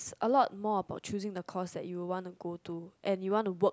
a lot more about choosing the course that you will want to go to and you want to work